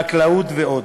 חקלאות ועוד.